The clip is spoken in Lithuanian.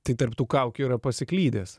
tai tarp tų kaukių yra pasiklydęs